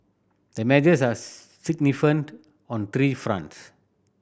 the measures are significant on three fronts